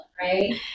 right